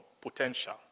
potential